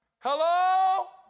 Hello